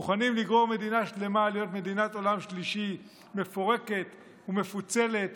מוכנים לגרור מדינה שלמה להיות מדינת עולם שלישי מפורקת ומפוצלת